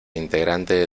integrante